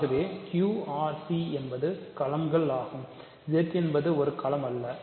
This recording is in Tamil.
ஆகவே QRC என்பது களம்கள் ஆகும் Z என்பது ஒரு களம் அல்ல